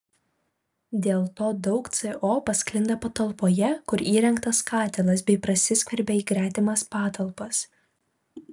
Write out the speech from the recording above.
dėl to daug co pasklinda patalpoje kur įrengtas katilas bei prasiskverbia į gretimas patalpas